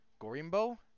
Gorimbo